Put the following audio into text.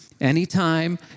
Anytime